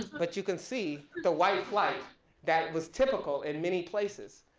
but you can see the white flight that was typical in many places,